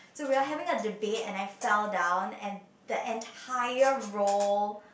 so we are having a debate and I fell down and the entire row